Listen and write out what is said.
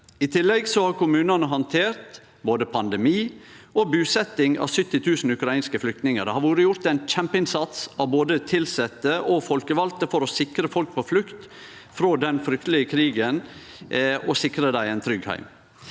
I tillegg har kommunane handtert både pandemi og busetjing av 70 000 ukrainske flyktningar. Det har blitt gjort ein kjempeinnsats av både tilsette og folkevalde for å sikre folk på flukt frå den fryktelege krigen ein trygg heim.